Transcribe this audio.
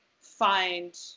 find